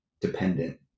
dependent